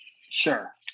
Sure